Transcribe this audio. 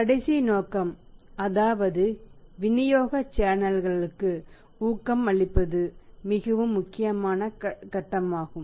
கடைசி நோக்கம் அதாவது விநியோக சேனல்களுக்கு ஊக்கம் அளிப்பது மிகவும் முக்கியமான கட்டமாகும்